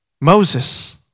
Moses